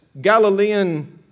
Galilean